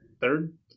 third